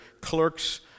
clerks